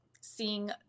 seeing